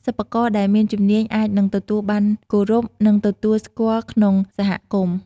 សិប្បករដែលមានជំនាញអាចនឹងទទួលបានគោរព និងទទួលស្គាល់ក្នុងសហគមន៍។